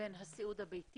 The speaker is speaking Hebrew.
בין הסיעוד הביתי